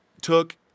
took